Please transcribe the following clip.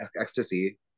Ecstasy